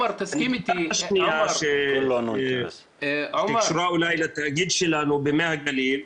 הנקודה השנייה שקשורה אולי לתאגיד שלנו במי הגליל,